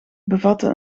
bevatte